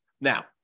Now